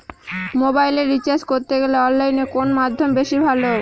মোবাইলের রিচার্জ করতে গেলে অনলাইনে কোন মাধ্যম বেশি ভালো?